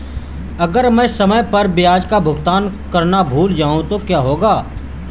अगर मैं समय पर ब्याज का भुगतान करना भूल जाऊं तो क्या होगा?